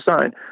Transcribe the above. sign